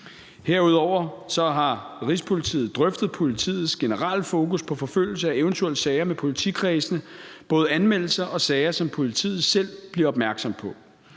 Herudover har Rigspolitiet drøftet politiets generelle fokus på forfølgelse af eventuelle sager med politikredsene, både anmeldelser og sager, som politiet selv bliver opmærksom på.